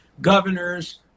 governors